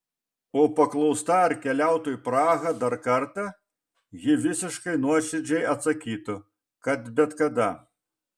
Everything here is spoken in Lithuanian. o paklausta ar keliautų į prahą dar kartą ji visiškai nuoširdžiai atsakytų kad bet kada